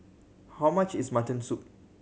how much is mutton soup